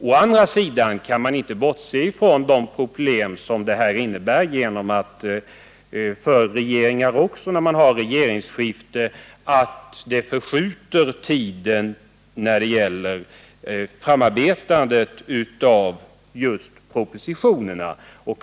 Å andra sidan kan man inte bortse från att ett regeringsskifte också för regeringen innebär ett förskjutande av tiden för framarbetandet av propositionerna.